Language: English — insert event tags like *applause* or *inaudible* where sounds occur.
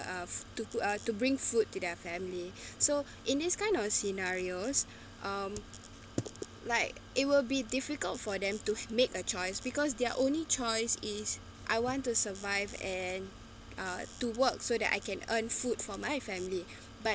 uh to uh to bring food to their family *breath* so in this kind of scenarios um like it will be difficult for them to make a choice because their only choice is I want to survive and uh to work so that I can earn food for my family but